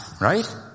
right